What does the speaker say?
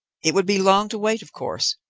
it would be long to wait, of course.